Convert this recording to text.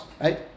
right